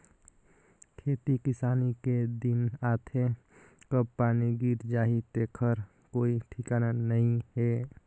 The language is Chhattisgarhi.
खेती किसानी के दिन आथे कब पानी गिर जाही तेखर कोई ठिकाना नइ हे